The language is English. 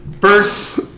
first